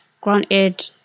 granted